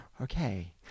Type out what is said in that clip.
okay